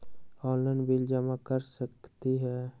Online bill जमा कर सकती ह?